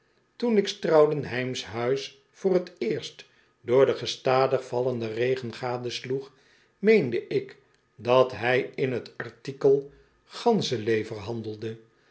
toen ik straudenheim's huis voor t eerst door den gestadig vallenden regen gadesloeg meende ik dat hij in t artikel ganxenlever handelde